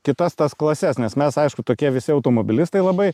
kitas tas klases nes mes aišku tokie visi automobilistai labai